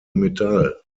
metall